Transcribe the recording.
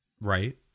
right